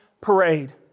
parade